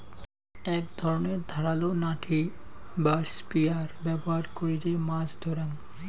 এক ধরণের ধারালো নাঠি বা স্পিয়ার ব্যবহার কইরে মাছ ধরাঙ